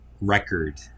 record